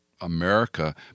America